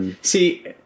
See